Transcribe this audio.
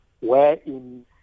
wherein